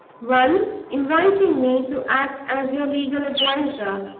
one inviting me to act as your legal adviser,